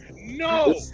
No